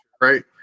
right